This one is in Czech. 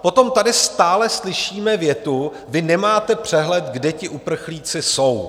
Potom tady stále slyšíme větu: Vy nemáte přehled, kde uprchlíci jsou.